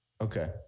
Okay